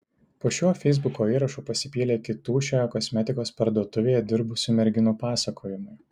po šiuo feisbuko įrašu pasipylė kitų šioje kosmetikos parduotuvėje dirbusių merginų pasakojimai